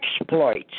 exploits